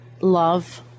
love